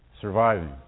surviving